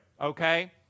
okay